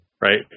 right